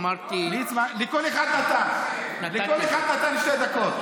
אמרתי, לכל אחד נתן, לכל אחד נתן שתי דקות.